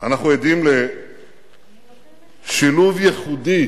אנחנו עדים לשילוב ייחודי